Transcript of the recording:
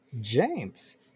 james